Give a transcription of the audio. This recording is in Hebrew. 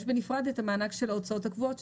יש בנפרד את המענק של ההוצאות הקבועות,